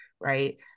right